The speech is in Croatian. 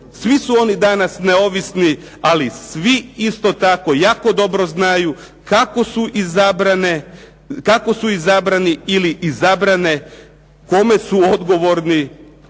svi su oni danas neovisni ali svi isto tako jako dobro znaju kako su izabrani ili izabrane, kome su odgovorni